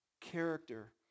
character